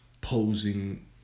posing